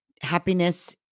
happiness